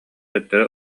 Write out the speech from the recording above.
төттөрү